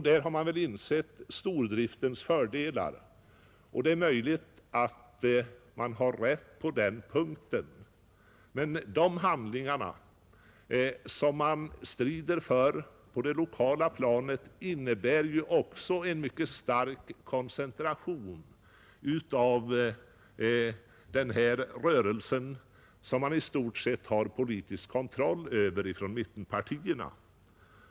Där har man insett stordriftens fördelar, och det är möjligt att man har rätt på den punkten. Men vad man där strider för på det lokala planet innebär en mycket stark koncentration av den rörelse som mittenpartierna i stort sett har politisk kontroll över.